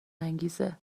انگیزه